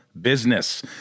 business